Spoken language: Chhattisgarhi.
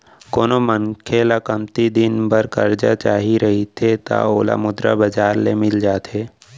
कोनो मनखे ल कमती दिन बर करजा चाही रहिथे त ओला मुद्रा बजार ले मिल जाथे